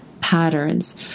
patterns